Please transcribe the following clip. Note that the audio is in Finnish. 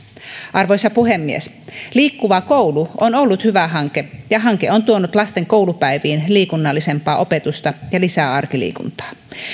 arvoisa puhemies liikkuva koulu on ollut hyvä hanke ja hanke on tuonut lasten koulupäiviin liikunnallisempaa opetusta ja lisää arkiliikuntaa